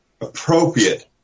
appropriate